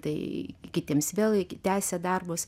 tai kitiems vėl tęsė darbus